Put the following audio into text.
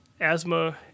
asthma